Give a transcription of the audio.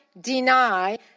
deny